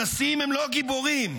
אנסים הם לא גיבורים.